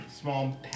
small